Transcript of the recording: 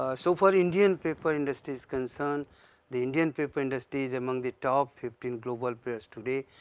ah so far indian paper industry is concerned the indian paper industry is among the top fifteen global players today,